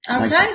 Okay